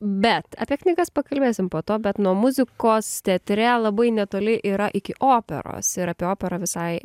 bet apie knygas pakalbėsim po to bet nuo muzikos teatre labai netoli yra iki operos ir apie operą visai